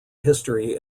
history